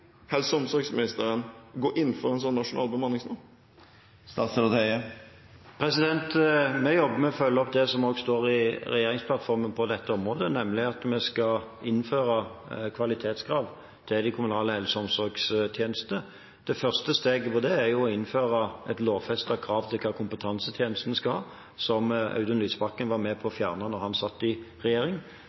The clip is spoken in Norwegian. helse- og omsorgsministeren gå inn for en sånn nasjonal bemanningsnorm? Vi jobber med å følge opp det som står i regjeringsplattformen på dette området, nemlig at vi skal innføre kvalitetskrav til de kommunale helse- og omsorgstjenestene. Det første steget er jo å innføre et lovfestet krav om hva kompetansetjenesten skal inneholde, som Audun Lysbakken var med på å fjerne da han satt i regjering.